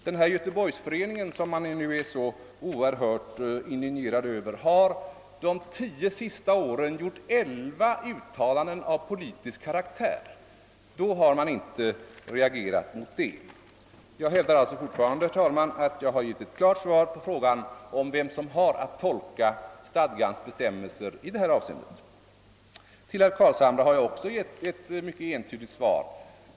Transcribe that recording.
Den göteborgsförening, som man nu är så oerhört indignerad över, har de tio senaste åren gjort elva uttalanden av politisk karaktär, men mot dem har man inte reagerat. Jag hävdar fortfarande, herr talman, att jag har givit ett klart svar på frågan om vem som har att tolka stadgans bestämmelser i detta avseende. Till herr Carlshamre har jag också givit ett entydigt svar.